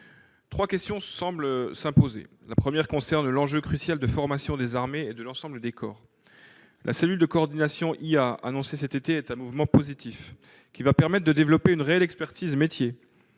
Trois questions semblent s'imposer. La première concerne l'enjeu crucial de formation des armées et de l'ensemble des corps. La cellule de coordination de l'intelligence artificielle de défense annoncée cet été est un mouvement positif, qui permettra de développer une réelle expertise de métier.